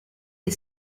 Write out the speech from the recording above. est